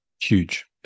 Huge